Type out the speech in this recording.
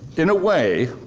in a way,